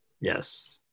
yes